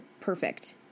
perfect